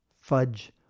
fudge